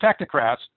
technocrats